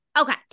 Okay